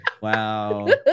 Wow